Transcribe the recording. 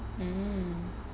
mmhmm